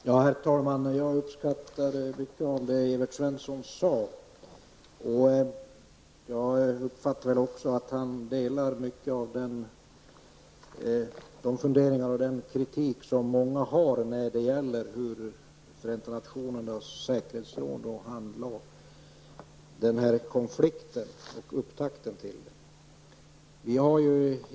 Herr talman! Jag uppskattar mycket av det Evert Svensson sade. Jag uppfattade att han delar mycket av de funderingar som många har när det gäller Förenta nationernas säkerhetsråd och dess handlag i denna konflikt och i upptakten till den.